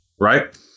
right